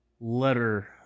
letter